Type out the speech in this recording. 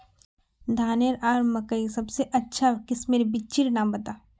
धानेर आर मकई सबसे अच्छा किस्मेर बिच्चिर नाम बता?